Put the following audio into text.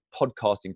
podcasting